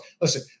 Listen